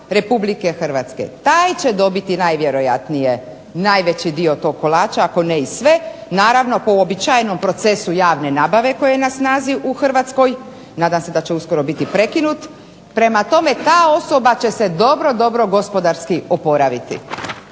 Republike Hrvatske. Taj će dobiti najvjerojatnije najveći dio tog kolača, ako ne i sve, naravno kao u uobičajenom procesu javne nabave koja je na snazi u Hrvatskoj. Nadam se da će uskoro biti prekinut. Prema tome, ta osoba će se dobro, dobro gospodarski oporaviti.